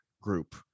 group